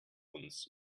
uns